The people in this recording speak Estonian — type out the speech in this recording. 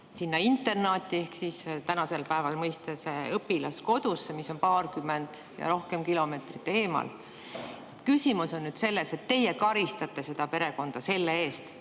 viima internaati ehk siis tänase päeva mõistes õpilaskodusse, mis on paarkümmend ja rohkem kilomeetrit eemal. [Probleem] on nüüd selles, et teie karistate seda perekonda selle eest,